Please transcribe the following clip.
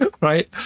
Right